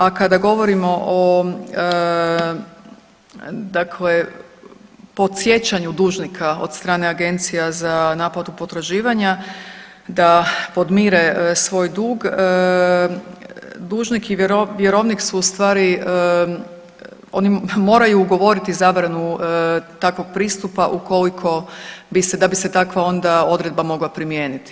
A kada govorimo o, dakle podsjećanju dužnika od strane Agencija za naplatu potraživanja da podmire svoj dug dužnik i vjerovnik su u stvari, oni moraju ugovoriti zabranu takvog pristupa ukoliko, da bi se takva onda odredba mogla primijeniti.